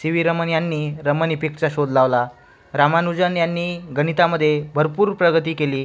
C V Raman यांनी रमन इफेक्टचा शोध लावला रामानुजन यांनी गणितामध्ये भरपूर प्रगती केली